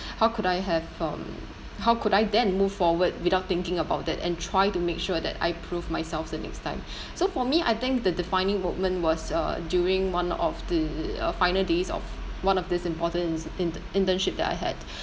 how could I have um how could I then move forward without thinking about that and try to make sure that I prove myself the next time so for me I think the defining moment was uh during one of the final days of one of this important in~ internship that I had